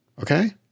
Okay